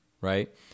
Right